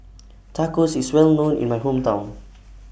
Tacos IS Well known in My Hometown